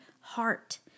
heart